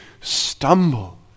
stumble